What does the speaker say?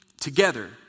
together